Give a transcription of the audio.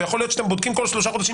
ויכול להיות שאתם בודקים כל שלושה חודשים,